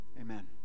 Amen